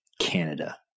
Canada